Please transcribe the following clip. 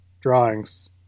drawings